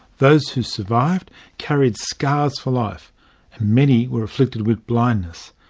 those who survived carried scars for life, and many were afflicted with blindness.